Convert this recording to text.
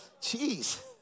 Jeez